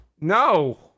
no